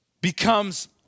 becomes